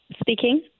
Speaking